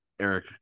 Eric